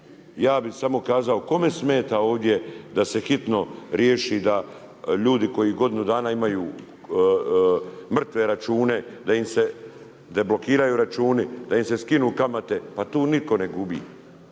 Ja bih samo kazao kome smeta ovdje da se hitno riješi, da ljudi koji godinu dana imaju mrtve račune, da im se deblokiraju računi, da im se skinu kamate. Pa tu nitko ne gubi!